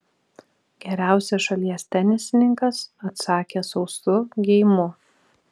geriausias šalies tenisininkas atsakė sausu geimu